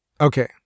Okay